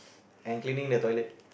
and cleaning the toilet